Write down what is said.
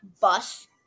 bus